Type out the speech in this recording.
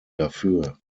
dafür